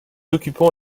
occupons